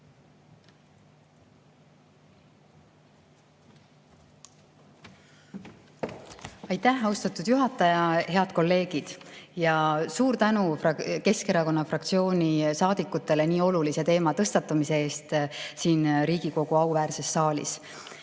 Aitäh, austatud juhataja! Head kolleegid! Suur tänu Keskerakonna fraktsiooni saadikutele nii olulise teema tõstatamise eest siin Riigikogu auväärses saalis!